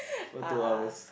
what two hours